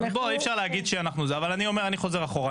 אי אפשר להגיד שאנחנו -- -אבל אני חוזר אחורה.